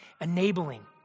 enabling